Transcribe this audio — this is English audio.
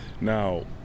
Now